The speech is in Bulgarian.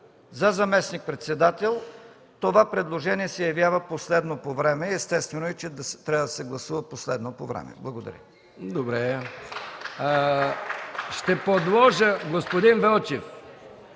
за заместник-председател това предложение се явява последно по време. Естествено е, че трябва да се гласува и последно по време. Благодаря.